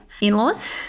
in-laws